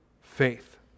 faith